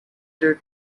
day